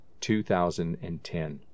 2010